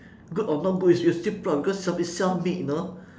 good or not good you you are still proud because self it's self made you know